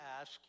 ask